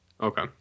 okay